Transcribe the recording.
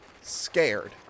Scared